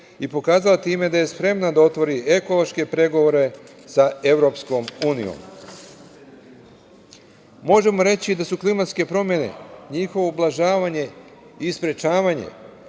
i pokazala time da je spremna da otvori ekološke pregovore sa EU.Možemo reći da su klimatske promene, njihovo ublažavanje i sprečavanje,